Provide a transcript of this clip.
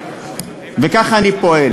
וככה אני פועל.